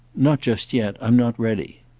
not just yet. i'm not ready.